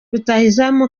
rutahizamu